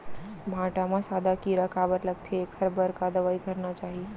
भांटा म सादा कीरा काबर लगथे एखर बर का दवई करना चाही?